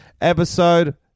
episode